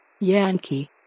Yankee